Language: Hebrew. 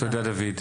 תודה דוד.